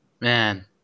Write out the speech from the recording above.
Man